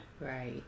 Right